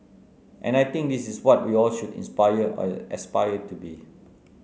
and I think this is what we all should inspire or aspire to be